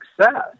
success